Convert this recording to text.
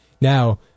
Now